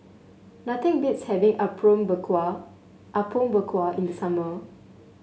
nothing beats having berkuah Apom Berkuah in the summer